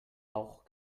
auch